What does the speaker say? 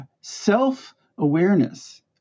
self-awareness